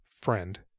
friend